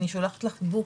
ואני שולחת לך חיבוק.